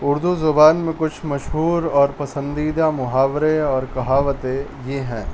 اردو زبان میں کچھ مشہور اور پسندیدہ محاورے اور کہاوتیں یہ ہیں